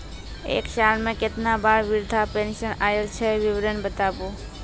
एक साल मे केतना बार वृद्धा पेंशन आयल छै विवरन बताबू?